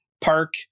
park